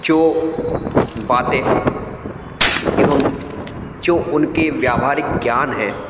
जो बातें एवं जो उनका व्यावहारिक ज्ञान है